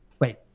Wait